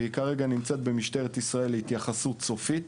וכרגע נמצאת במשטרת ישראל להתייחסות סופית.